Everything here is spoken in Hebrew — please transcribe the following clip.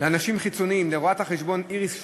לאנשים חיצוניים: לרואת-החשבון איריס שטרק,